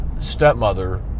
stepmother